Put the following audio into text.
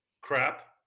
crap